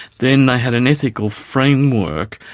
then they had an ethical framework,